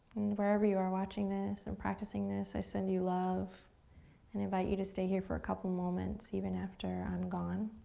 wherever you are watching this and practicing this, i send you love and invite you to stay here for a couple moments even after i'm gone.